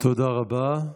תודה רבה.